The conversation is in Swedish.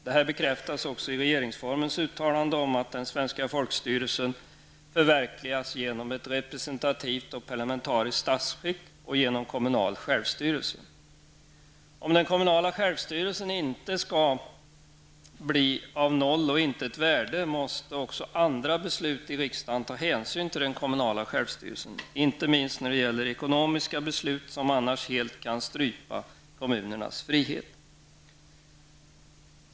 Detta bekräftas också i regeringsformens uttalande om att den svenska folkstyrelsen förverkligas genom ett representativt och parlamentariskt statsskick och genom kommunal självstyrelse. Om den kommunala självstyrelsen inte skall bli av noll och intet värde måste också andra beslut i riksdagen ta hänsyn till den kommunala självstyrelsen, inte minst när det gäller ekonomiska beslut som annars helt kan strypa kommunernas frihet.